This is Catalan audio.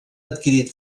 adquirit